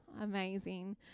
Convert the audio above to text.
Amazing